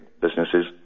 businesses